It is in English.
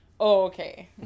Okay